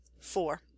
Four